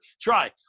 try